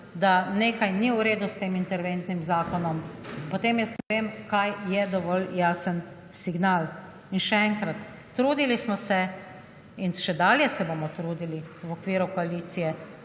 da nekaj ni v redu s tem interventnim zakonom, potem ne vem, kaj je dovolj jasen signal. In še enkrat, trudili smo se in še naprej se bomo trudili v okviru koalicije,